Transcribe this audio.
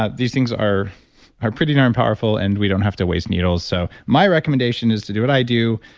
ah these things are are pretty darn powerful and we don't have to waste needles. so my recommendation is to do what i do,